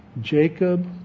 Jacob